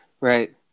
right